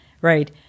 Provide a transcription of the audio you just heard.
Right